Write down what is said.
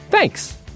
Thanks